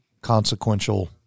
consequential